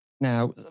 Now